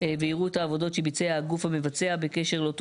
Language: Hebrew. ויראו את העבודות שביצע הגוף המבצע בקשר לאותו